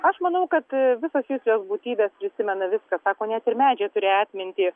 aš manau kad visos juslios būtybės prisimena viską sako net ir medžiai turi atmintį